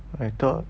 I thought